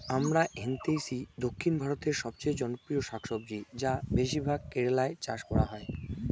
আমরান্থেইসি দক্ষিণ ভারতের সবচেয়ে জনপ্রিয় শাকসবজি যা বেশিরভাগ কেরালায় চাষ করা হয়